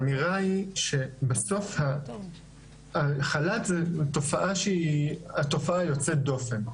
האמירה היא שבסוף החל"ת זו התופעה היוצאת דופן.